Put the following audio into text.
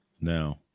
No